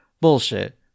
Bullshit